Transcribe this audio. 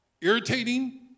Irritating